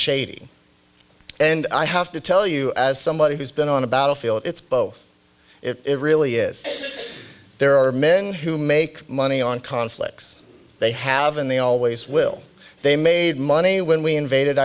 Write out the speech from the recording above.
shady and i have to tell you as somebody who's been on a battlefield it's both it really is there are men who make money on conflicts they have and they always will they made money when we invaded